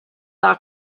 are